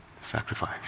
sacrifice